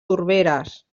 torberes